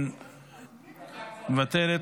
מוותרת,